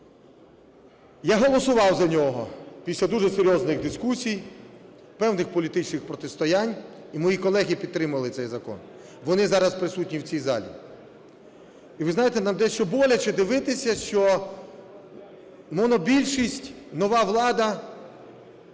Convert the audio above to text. Я голосував за нього після дуже серйозних дискусій, певних політичних протистоянь, і мої колеги підтримали цей закон, вони зараз присутні в цій залі. І, ви знаєте, нам дещо боляче дивитися, що монобільшість. Нова влада,